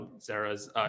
Zara's